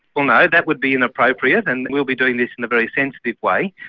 well no, that would be inappropriate and we'll be doing this in a very sensitive way.